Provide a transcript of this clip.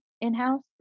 in-house